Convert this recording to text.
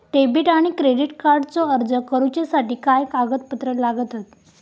Debit आणि credit कार्डचो अर्ज करुच्यासाठी काय कागदपत्र लागतत?